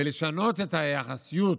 ולשנות את היחסיות